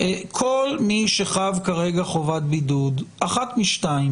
כל מי שחב כרגע חובת בידוד, אחת משתיים